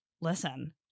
listen